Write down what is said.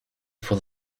for